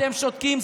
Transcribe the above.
אתם שותקים.